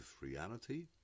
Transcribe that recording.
reality